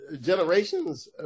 generations